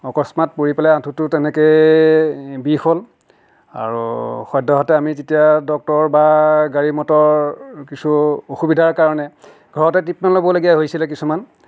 অকস্মাত পৰি পেলাই আঁঠুটোৰ তেনেকৈয়ে বিষ হ'ল আৰু সদ্যহতে আমি যেতিয়া ডক্তৰ বা গাড়ী মটৰ কিছু অসুবিধাৰ কাৰণে ঘৰতে ট্ৰিটমেন্ট ল'বলগীয়া হৈছিলে কিছুমান